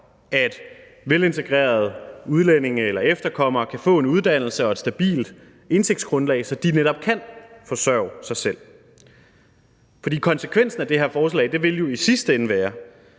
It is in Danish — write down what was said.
at velintegrerede udlændinge og efterkommere kan få en uddannelse og et stabilt indtægtsgrundlag, så de netop kan forsørge sig selv. For konsekvensen af det her forslag vil jo i sidste ende være,